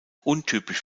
untypisch